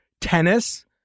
Tennis